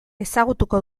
ezagutuko